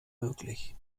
möglich